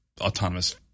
Autonomous